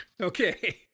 Okay